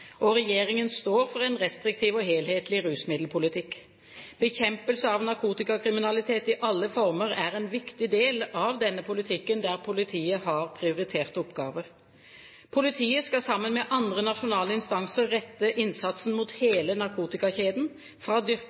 Regjeringen står for en restriktiv og helhetlig rusmiddelpolitikk. Bekjempelse av narkotikakriminalitet i alle former er en viktig del av denne politikken, der politiet har prioriterte oppgaver. Politiet skal sammen med andre nasjonale instanser rette innsatsen mot hele narkotikakjeden, fra dyrking